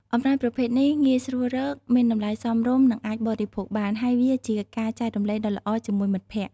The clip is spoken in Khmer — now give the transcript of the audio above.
អំណោយប្រភេទនេះងាយស្រួលរក មានតម្លៃសមរម្យ និងអាចបរិភោគបាន ហើយវាជាការចែករំលែកដ៏ល្អជាមួយមិត្តភក្តិ។